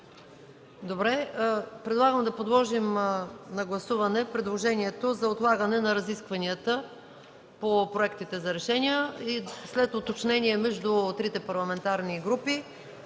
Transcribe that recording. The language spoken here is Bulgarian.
Предлагам да подложим на гласуване предложението за отлагане на разискванията по проектите за решения. След уточнение между трите парламентарни групи